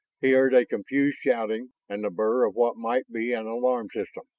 he heard a confused shouting and the burr of what might be an alarm system.